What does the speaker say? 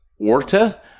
Orta